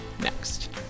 next